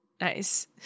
Nice